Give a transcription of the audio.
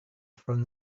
from